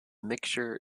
mixture